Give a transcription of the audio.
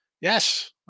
Yes